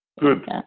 Good